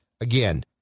again